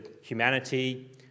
humanity